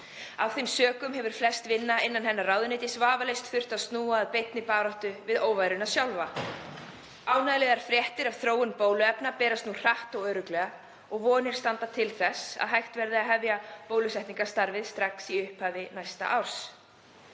Af þeim sökum hefur mesta vinnan innan ráðuneytis hennar vafalaust þurft að snúa að beinni baráttu við óværuna sjálfa. Ánægjulegar fréttir af þróun bóluefna berast nú hratt og örugglega og vonir standa til þess að hægt verði að hefja bólusetningarstarfið strax í upphafi næsta árs.